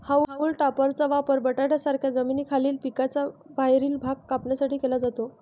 haulm टॉपरचा वापर बटाट्यांसारख्या जमिनीखालील पिकांचा बाहेरील भाग कापण्यासाठी केला जातो